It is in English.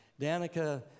Danica